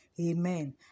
amen